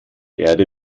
erde